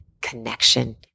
connection